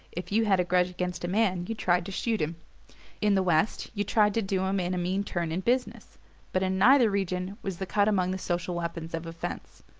if you had a grudge against a man you tried to shoot him in the west, you tried to do him in a mean turn in business but in neither region was the cut among the social weapons of offense.